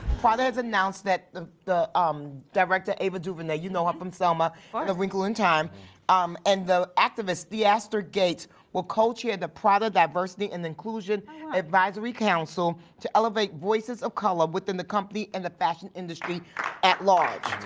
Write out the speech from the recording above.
father has announced that the the um director ava duvernay, you know her um from selma the sort of wrinkle in time um and the activists the aster gates will co-chair the product diversity and inclusion advisory council to elevate voices of color within the company and the fashion industry at large